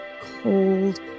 cold